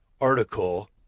article